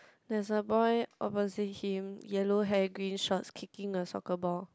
there is a boy oversee him yellow hair green short kicking a soccer ball